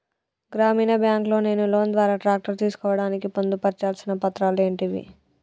గ్రామీణ బ్యాంక్ లో నేను లోన్ ద్వారా ట్రాక్టర్ తీసుకోవడానికి పొందు పర్చాల్సిన పత్రాలు ఏంటివి?